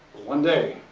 one day,